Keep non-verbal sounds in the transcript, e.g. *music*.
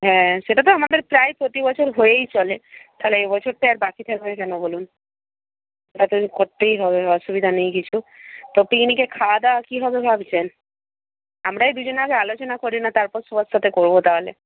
হ্যাঁ সেটা তো আমাদের প্রায় প্রতিবছর হয়েই চলে তাহলে এ বছরটায় আর বাকি থাকবে কেন বলুন *unintelligible* করতেই হবে অসুবিধা নেই কিছু তো পিকনিকে খাওয়া দাওয়া কী হবে ভাবছেন আমরাই দুজনে আগে আলোচনা করি না তারপর সবার সাথে করব তাহলে